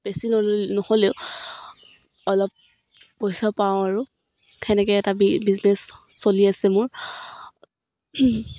বেছি নল নহ'লেও অলপ পইচা পাওঁ আৰু তেনেকৈ এটা বি বিজনেছ চলি আছে মোৰ